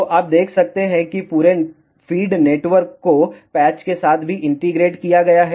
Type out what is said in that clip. तो आप देख सकते हैं कि पूरे फ़ीड नेटवर्क को पैच के साथ भी इंटीग्रेट किया गया है